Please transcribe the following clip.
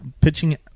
pitching